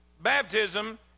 baptism